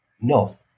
No